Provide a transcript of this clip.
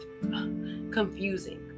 confusing